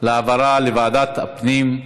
העברה לוועדת הפנים.